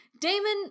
damon